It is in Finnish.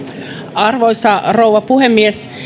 arvoisa rouva puhemies